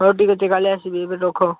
ହଉ ଠିକ୍ ଅଛି କାଲି ଆସିବି ଏବେ ରଖ